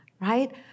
right